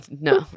no